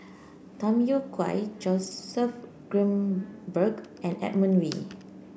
Tham Yui Kai Joseph Grimberg and Edmund Wee